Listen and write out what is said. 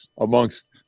amongst